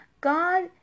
God